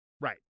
Right